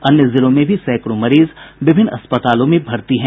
अन्य जिलों में भी सैंकड़ों मरीज विभिन्न अस्पतालों में भर्ती हैं